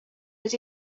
but